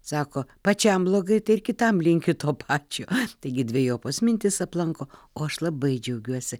sako pačiam blogai tai ir kitam linki to pačio taigi dvejopos mintys aplanko o aš labai džiaugiuosi